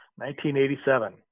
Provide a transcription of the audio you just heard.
1987